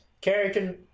Character